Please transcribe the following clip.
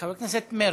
חבר הכנסת מרגי.